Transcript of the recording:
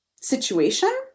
situation